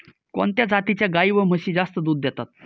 कोणत्या जातीच्या गाई व म्हशी जास्त दूध देतात?